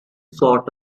sort